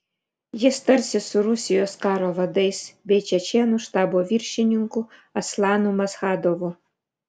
jis tarsis su rusijos karo vadais bei čečėnų štabo viršininku aslanu maschadovu